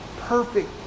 perfect